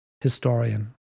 historian